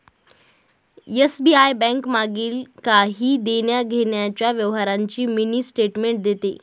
SBI bank मागील काही देण्याघेण्याच्या व्यवहारांची मिनी स्टेटमेंट देते